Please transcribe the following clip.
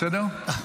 בסדר?